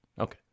Okay